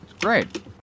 great